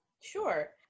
Sure